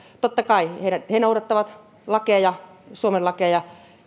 totta kai he noudattavat suomen lakeja